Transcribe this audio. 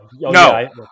no